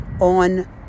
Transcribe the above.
on